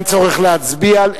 אין צורך להצביע,